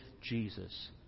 Jesus